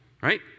right